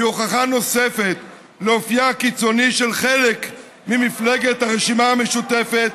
והיא הוכחה נוספת לאופיו הקיצוני של חלק ממפלגת הרשימה המשותפת,